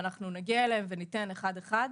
ואנחנו נגיע להם וניתן אחד-אחד.